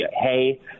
hey